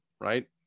right